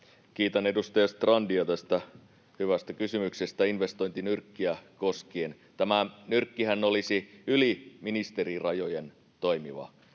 Kiitän edustaja Strandia tästä hyvästä kysymyksestä investointinyrkkiä koskien. Tämä nyrkkihän olisi yli ministeriörajojen toimiva